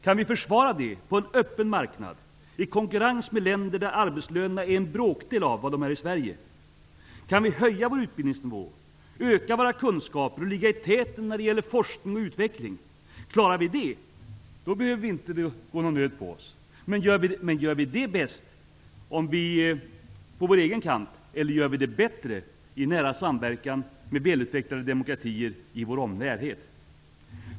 Kan vi försvara det på en öppen marknad i konkurrens med länder där arbetslönerna är en bråkdel av vad de är i Sverige? Kan vi höja vår utbildningsnivå, öka våra kunskaper och ligga i täten när det gäller forskning och utveckling? Klarar vi det behöver det inte gå någon nöd på oss. Men gör vi det bäst på vår egen kant, eller gör vi det bättre i nära samverkan med välutvecklade demokratier i vår närhet?